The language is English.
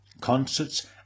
Concerts